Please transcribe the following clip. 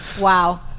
wow